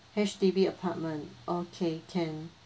H_D_B apartment okay can